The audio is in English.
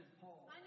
Paul